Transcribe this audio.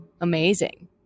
amazing